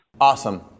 Awesome